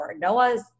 Noah's